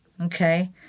okay